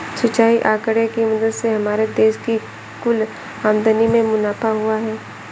सिंचाई आंकड़े की मदद से हमारे देश की कुल आमदनी में मुनाफा हुआ है